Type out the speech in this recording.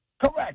Correct